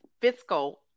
fiscal